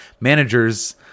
managers